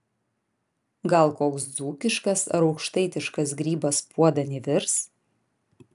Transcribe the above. gal koks dzūkiškas ar aukštaitiškas grybas puodan įvirs